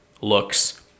looks